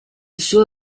suo